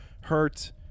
hurt